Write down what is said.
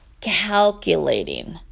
calculating